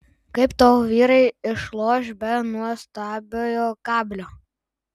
kaip tavo vyrai išloš be nuostabiojo kablio